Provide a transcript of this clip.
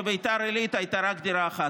בביתר עילית הייתה רק דירה אחת.